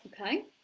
Okay